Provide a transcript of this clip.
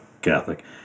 Catholic